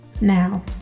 Now